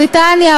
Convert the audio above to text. בריטניה,